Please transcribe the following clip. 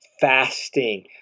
fasting